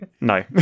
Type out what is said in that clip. No